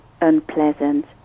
unpleasant